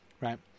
right